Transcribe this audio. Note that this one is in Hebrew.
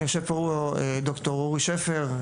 יושב פה ד"ר אורי שפר,